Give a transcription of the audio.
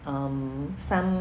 um some